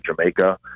Jamaica